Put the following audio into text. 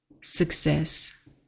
success